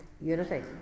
unity